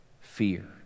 fear